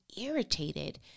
irritated